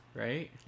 Right